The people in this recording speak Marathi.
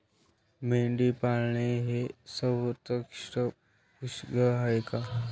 मेंढी पाळणे हे सर्वोत्कृष्ट पशुखाद्य आहे का?